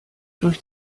durch